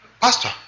pastor